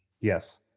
Yes